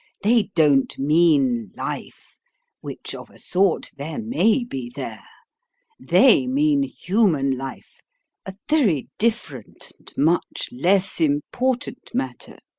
they don't mean life which, of a sort, there may be there they mean human life a very different and much less important matter